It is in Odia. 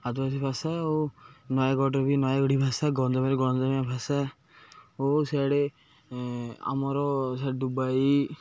ଆଦିବାସୀ ଭାଷା ଓ ନୟାଗଡ଼ର ବି ନୟାଗଡ଼ି ଭାଷା ଗଞ୍ଜମରେ ଗଞ୍ଜମିଆ ଭାଷା ଓ ସିଆଡ଼େ ଆମର ଦୁବାଇ